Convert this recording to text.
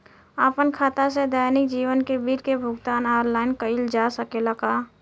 आपन खाता से दैनिक जीवन के बिल के भुगतान आनलाइन कइल जा सकेला का?